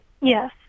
Yes